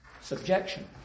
subjection